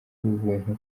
ubuntu